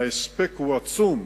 וההספק הוא עצום.